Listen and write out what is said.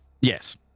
yes